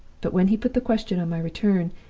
but when he put the question on my return,